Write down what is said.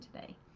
today